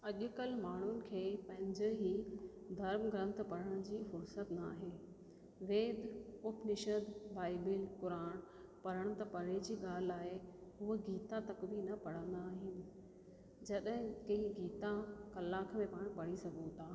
अॼुकल्ह माण्हुनि खे पंहिंजे धर्म ग्रंथ पढ़ण जी फ़ुर्सत न आहे वेद उपनिषद बाइबिल क़ुरान पढ़ण त परे जी ॻाल्हि आहे उहा गीता तक बि न पढ़ंदा आहिनि जॾहिं हिकु हीअ गीता कलाक में पाण पढ़ी सघूं था